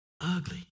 Ugly